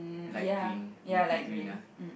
light green nitty green ah